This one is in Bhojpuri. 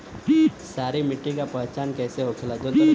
सारी मिट्टी का पहचान कैसे होखेला?